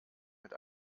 mit